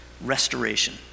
Restoration